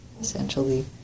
essentially